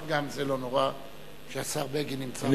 אבל גם זה לא נורא כשהשר בגין נמצא פה,